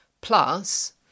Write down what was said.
plus